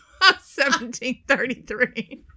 1733